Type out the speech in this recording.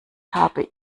habe